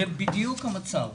זה בדיוק המצב.